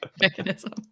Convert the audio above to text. mechanism